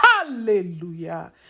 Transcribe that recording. Hallelujah